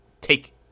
take